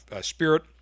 spirit